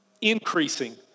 increasing